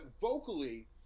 vocally